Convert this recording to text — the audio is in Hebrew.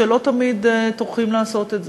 שלא תמיד טורחים לעשות את זה.